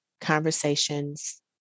conversations